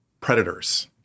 predators